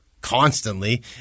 constantly